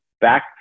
back